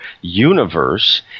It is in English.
universe